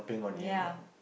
ya